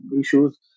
issues